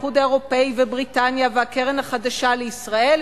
האיחוד האירופי ובריטניה והקרן החדשה לישראל,